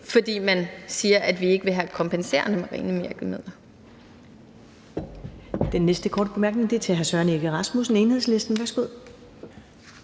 fordi man siger, at vi ikke vil have kompenserende marine virkemidler.